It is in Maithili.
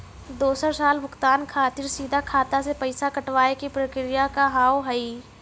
दोसर साल भुगतान खातिर सीधा खाता से पैसा कटवाए के प्रक्रिया का हाव हई?